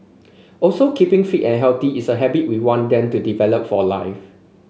also keeping fit and healthy is a habit we want them to develop for life